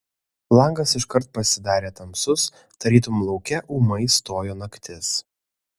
langas iškart pasidarė tamsus tarytum lauke ūmai stojo naktis